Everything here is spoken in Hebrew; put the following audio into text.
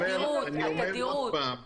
כמו שמי שהיה בדיונים לגבי מתווה פתיחת השמיים,